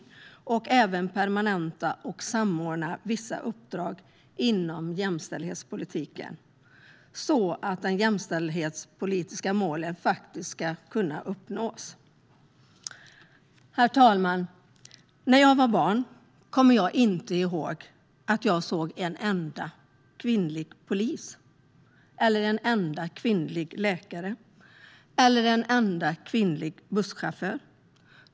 Man kommer även att permanenta och samordna vissa uppdrag inom jämställdhetspolitiken så att de jämställdhetspolitiska målen ska kunna uppnås. Herr talman! När jag var barn kommer jag inte ihåg att jag såg en enda kvinnlig polis, kvinnlig läkare eller kvinnlig busschaufför.